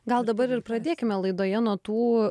gal dabar ir pradėkime laidoje nuo tų